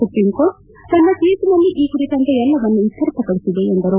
supreme court ತನ್ನ ತೀರ್ಷಿನಲ್ಲಿ ಈ ಕುರಿತಂತೆ ಎಲ್ಲವನ್ನು ಇತ್ತರ್ಥಪಡಿಸಿದೆ ಎಂದರು